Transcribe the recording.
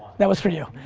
that was for you.